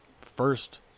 first